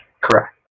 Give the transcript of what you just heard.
Correct